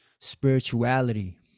spirituality